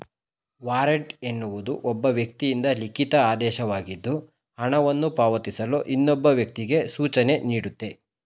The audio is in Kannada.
ವಾರೆಂಟ್ ಎನ್ನುವುದು ಒಬ್ಬ ವ್ಯಕ್ತಿಯಿಂದ ಲಿಖಿತ ಆದೇಶವಾಗಿದ್ದು ಹಣವನ್ನು ಪಾವತಿಸಲು ಇನ್ನೊಬ್ಬ ವ್ಯಕ್ತಿಗೆ ಸೂಚನೆನೀಡುತ್ತೆ